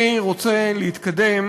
אני רוצה להתקדם